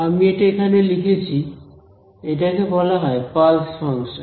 আমি এটা এখানে লিখেছি এটাকে বলা হয় পালস ফাংশন